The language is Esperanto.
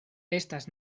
estas